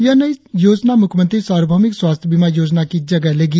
यह नई योजना मुख्यमंत्री सार्वभौमिक स्वास्थ्य बीमा योजना की जगह लेगी